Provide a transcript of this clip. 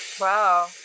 Wow